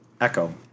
Echo